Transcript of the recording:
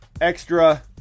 Extra